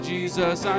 Jesus